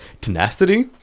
tenacity